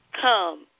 come